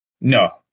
no